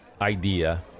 idea